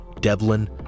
Devlin